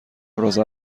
ابراز